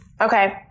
Okay